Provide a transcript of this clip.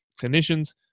clinicians